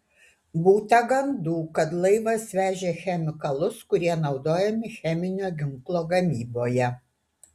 būta gandų kad laivas vežė chemikalus kurie naudojami cheminio ginklo gamyboje